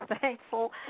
thankful